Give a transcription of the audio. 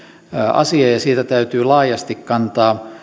asia ja ja siitä täytyy laajasti kantaa